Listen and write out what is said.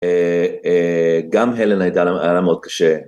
גם הלן היה לה מאוד קשה.